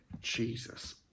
Jesus